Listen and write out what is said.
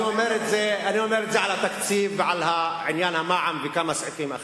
אני אומר את זה על התקציב ועל עניין המע"מ וכמה סעיפים אחרים.